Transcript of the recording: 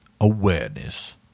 awareness